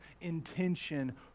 intention